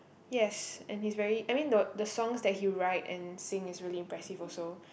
yes and he's very I mean the the songs that he write and sing is really impressive also